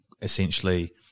essentially